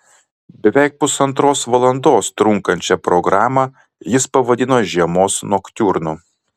beveik pusantros valandos trunkančią programą jis pavadino žiemos noktiurnu